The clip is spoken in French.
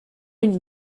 une